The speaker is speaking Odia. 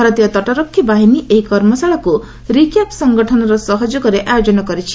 ଭାରତୀୟ ତଟରକ୍ଷୀ ବାହିନୀ ଏହି କର୍ମଶାଳାକୁ ରିକ୍ୟାପ୍ ସଂଗଠନର ସହଯୋଗରେ ଆୟୋଜନ କରିଛି